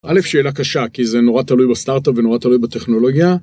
אלף שאלה קשה כי זה נורא תלוי בסטארטאפ ונורא תלוי בטכנולוגיה.